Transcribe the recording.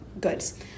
goods